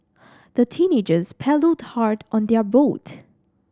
the teenagers paddled hard on their boat